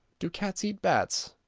do cats eat bats?